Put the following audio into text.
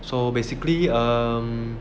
so basically um